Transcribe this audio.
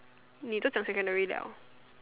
你都讲 secondary liao